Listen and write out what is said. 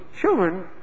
children